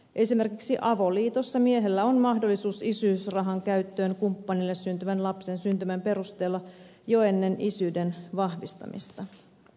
esimerkiksi avoliitossa miehellä on mahdollisuus isyysrahan käyttöön kumppanille syntyvän lapsen syntymän perusteella jo ennen isyyden vahvistamista